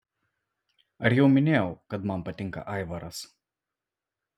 ar jau minėjau kad man patinka aivaras